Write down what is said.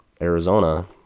Arizona